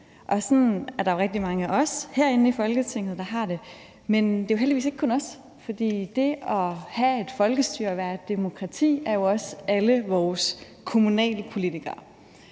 og sådan er der jo rigtig mange af os herinde i Folketinget, der har det. Men det er heldigvis ikke kun os, for det at have et folkestyre og være et demokrati inkluderer jo også alle vores kommunalpolitikere.